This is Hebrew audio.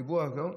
דיברו על זה,